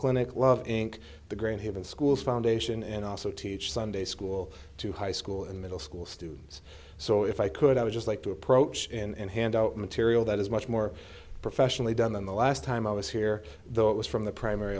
clinic love inc the green haven schools foundation and i also teach sunday school to high school and middle school students so if i could i would just like to approach in and hand out material that is much more professionally done than the last time i was here though it was from the primary